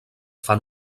fan